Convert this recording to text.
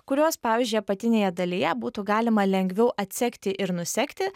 kuriuos pavyzdžiui apatinėje dalyje būtų galima lengviau atsegti ir nusegti